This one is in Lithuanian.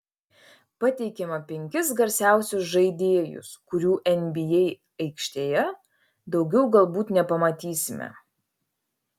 pateikiame penkis garsiausius žaidėjus kurių nba aikštėje daugiau galbūt nepamatysime